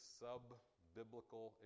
sub-biblical